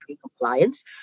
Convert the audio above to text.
compliance